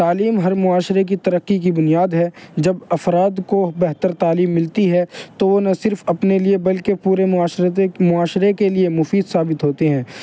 تعلیم ہر معاشرے کی ترقی کی بنیاد ہے جب افراد کو بہتر تعلیم ملتی ہے تو وہ نہ صرف اپنے لیے بلکہ پورے معاشرتی معاشرے کے لیے مفید ثابت ہوتے ہیں